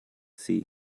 sea